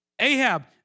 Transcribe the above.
Ahab